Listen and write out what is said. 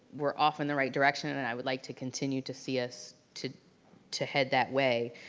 we're off in the right direction and and i would like to continue to see us, to to head that way.